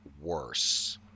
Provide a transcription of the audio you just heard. worse